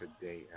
today